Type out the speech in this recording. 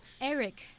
Eric